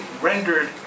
rendered